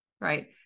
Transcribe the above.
Right